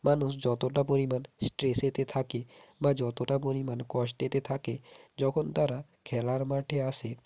মানুষ যতটা পরিমাণ স্ট্রেসেতে থাকে বা যতটা পরিমাণ কষ্টতে থাকে যখন তারা খেলার মাঠে আসে